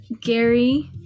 Gary